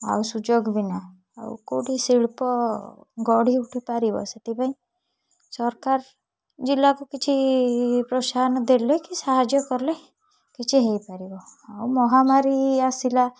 ଆଉ ସୁଯୋଗ ବିନା ଆଉ କେଉଁଠି ଶିଳ୍ପ ଗଢ଼ି ଉଠିପାରିବ ସେଥିପାଇଁ ସରକାର ଜିଲ୍ଲାକୁ କିଛି ପ୍ରୋତ୍ସାହନ ଦେଲେ କି ସାହାଯ୍ୟ କଲେ କିଛି ହେଇପାରିବ ଆଉ ମହାମାରୀ ଆସିଲା